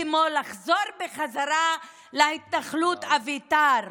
כדי לחזור בחזרה להתנחלות אביתר.